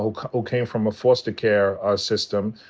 who ah came from a foster care ah system,